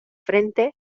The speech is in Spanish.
frente